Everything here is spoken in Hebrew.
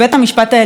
בית המשפט העליון,